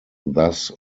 thus